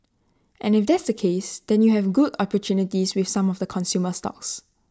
and if that's the case then you have good opportunities with some of the consumer stocks